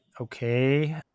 okay